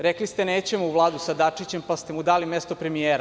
Rekli ste – nećemo u Vladu sa Dačićem, pa ste mu dali mesto premijera.